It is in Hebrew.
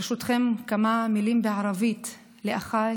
ברשותכם, כמה מילים בערבית לאחיי